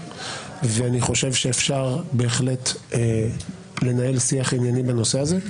אני חושב שבהחלט אפשר לנהל שיח ענייני בנושא הזה.